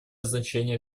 значение